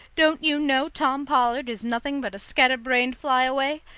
don't you know tom pollard is nothing but a scatter-brained fly-away?